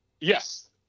Yes